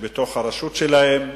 שבתוך הרשות שלהם,